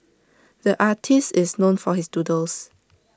the artist is known for his doodles